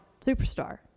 superstar